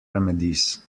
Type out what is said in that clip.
remedies